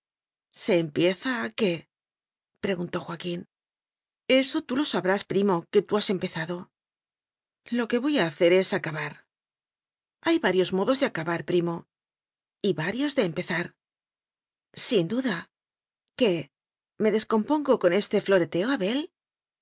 se empieza se empieza qué preguntó joaquín eso tú lo sabrás primo que tú has em pezado lo que voy a hacer es acabar hay varios modos de acabar primo y varios de empezar sin duda qué me descompongo con este floreteo abel